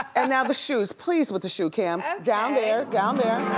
and now the shoes, please with the shoe cam, and down there, down there,